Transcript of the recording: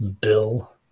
Bill